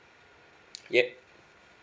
yup